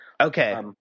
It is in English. Okay